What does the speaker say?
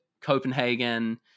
Copenhagen